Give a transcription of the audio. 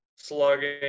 slugging